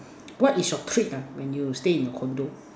what is your treat ah when you stay in a condo